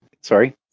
Sorry